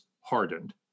hardened